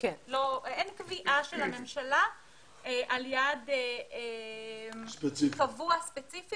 אין קביעה של הממשלה על יעד קבוע ספציפי